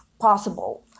possible